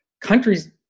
Countries